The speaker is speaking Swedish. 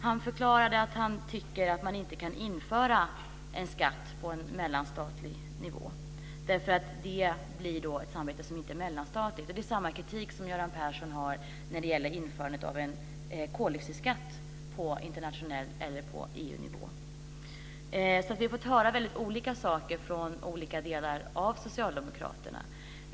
Han förklarade att han inte tycker att man kan införa en skatt på mellanstatlig nivå. Då blir det ett samarbete som inte är mellanstatligt. Det är samma kritik som Göran Persson har när det gäller införande av en koldioxidskatt på internationell nivå eller EU-nivå. Vi har alltså fått höra väldigt olika saker från olika delar av Socialdemokraterna.